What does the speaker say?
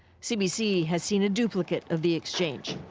cbc has seen a duplicate of the exchange.